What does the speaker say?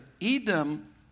Edom